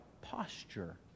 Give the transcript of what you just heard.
posture